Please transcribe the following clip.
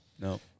No